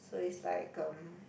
so is like um